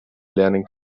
lernen